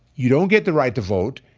you don't get the right to vote.